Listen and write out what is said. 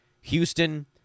Houston